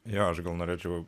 jei aš gal norėčiau